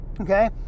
Okay